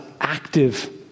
active